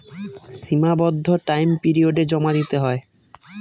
সীমাবদ্ধ টাইম পিরিয়ডে জমা দিতে হয়